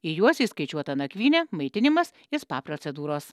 į juos įskaičiuota nakvynė maitinimas ir spa procedūros